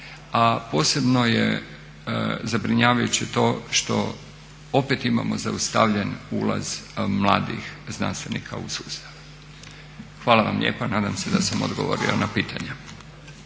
a posebno je zabrinjavajuće to što opet imamo zaustavljen ulaz mladi znanstvenika u sustav. Hvala vam lijepa. Nadam se da sam odgovorio na pitanja.